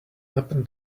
happen